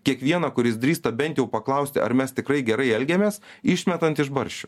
kiekvieną kuris drįsta bent jau paklausti ar mes tikrai gerai elgiamės išmetant iš barščių